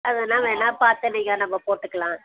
அது வேணால் வேணால் பார்த்து நீங்கள் நம்ம போட்டுக்கலாம்